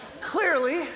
clearly